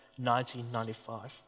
1995